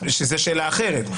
שזאת שאלה אחרת.